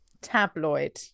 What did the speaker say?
Tabloid